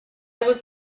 was